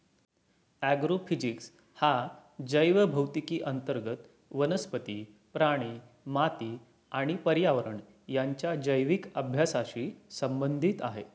agrophysics हा जैवभौतिकी अंतर्गत वनस्पती, प्राणी, माती आणि पर्यावरण यांच्या जैविक अभ्यासाशी संबंधित आहे